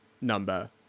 number